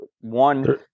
one